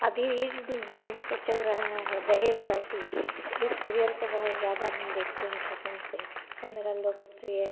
अभी E T V पर चल रहा है दहेज दासी इस सीरियल को बहुत ज़्यादा हम देखते हैं पसन्द से वह मेरा लोकप्रिय